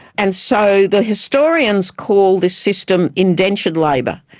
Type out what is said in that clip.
and so the historians call this system indentured labour.